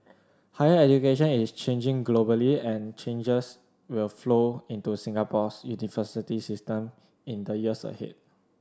higher education is changing globally and changes will flow into Singapore's university system in the years ahead